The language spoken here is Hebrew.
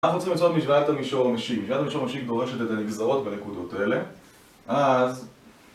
אנחנו צריכים למצוא את משוואת המישור המשיק, משוואת המישור המשיק דורשת את הנגזרות בנקודות האלה אז